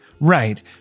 Right